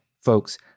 folks